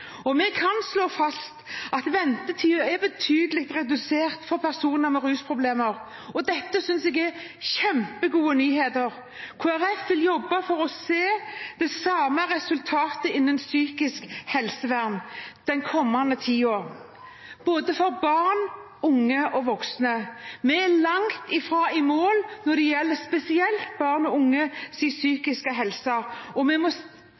og psykisk helsevern. Vi kan slå fast at ventetiden er betydelig redusert for personer med rusproblemer, og det synes jeg er kjempegode nyheter. Kristelig Folkeparti vil jobbe for å se det samme resultatet innen psykisk helsevern den kommende tiden, for både barn, unge og voksne. Vi er langt fra å være i mål spesielt når det gjelder barns og unges psykiske helse, og vi må